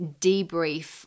debrief